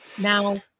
Now